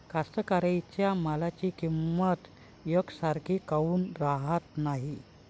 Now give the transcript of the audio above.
कास्तकाराइच्या मालाची किंमत यकसारखी काऊन राहत नाई?